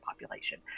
population